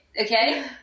Okay